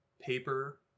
paper